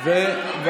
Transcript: למעט המציע,